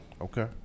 Okay